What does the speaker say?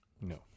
no